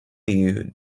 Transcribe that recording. you